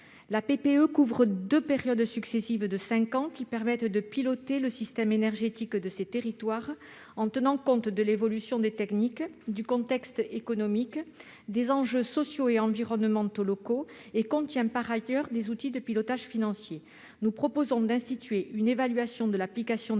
La PPE couvre deux périodes successives de cinq ans qui permettent de piloter le système énergétique de ces territoires, en tenant compte de l'évolution des techniques, du contexte économique et des enjeux sociaux et environnementaux locaux. Elle contient par ailleurs des outils de pilotage financier. Cet amendement vise à instituer une évaluation de l'application des